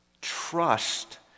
trust